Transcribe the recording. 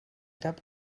cap